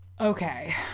okay